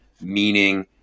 meaning